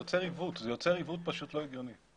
זה יוצר עיוות לא הגיוני.